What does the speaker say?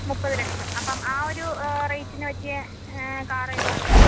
മുപ്പത് ലക്ഷം അപ്പം ആ ഒരു റേറ്റിന് പറ്റിയ കാർ ഏതാണ് ഉള്ളത്